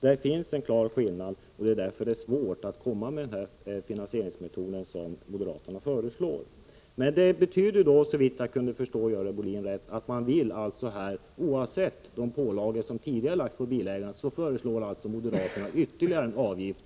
Det finns en klar skillnad mellan anslagen, och det är därför svårt att använda den finansieringsmetod som moderaterna föreslår. Moderaternas förslag betyder, om jag förstått Görel Bohlin rätt, att bilägarna utöver de pålagor som tidigare lagts på dem nu skulle drabbas av ytterligare en avgift.